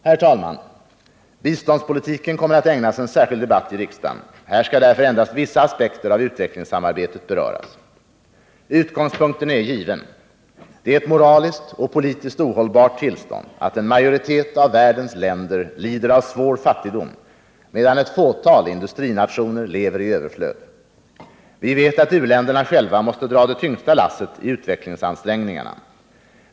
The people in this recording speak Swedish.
Herr talman! Biståndspolitiken kommer att ägnas en särskild debatt i riksdagen. Här skall därför endast vissa aspekter av utvecklingssamarbetet beröras. Utgångspunkten är given. Det är ett moraliskt och politiskt ohållbart tillstånd att en majoritet av världens länder lider av svår fattigdom, medan ett fåtal industrinationer lever i överflöd. Vi vet att u-länderna själva måste dra det tyngsta lasset i utvecklingsansträngningarna.